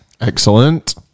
Excellent